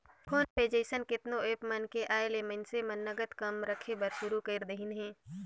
phone पे जइसन केतनो app मन के आयले मइनसे मन नगद कम रखे बर सुरू कर देहिन हे